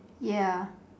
ya